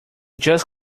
just